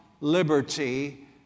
liberty